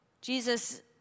Jesus